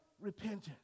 repentance